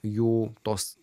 jų tos